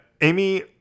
Amy